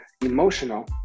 emotional